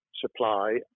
supply